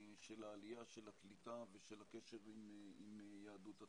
של העלייה, של הקליטה ושל הקשר עם יהדות התפוצות.